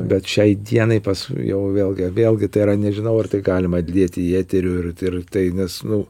bet šiai dienai pas jau vėlgi vėlgi tai yra nežinau ar tai galima dėti į eterių ir tai nes nu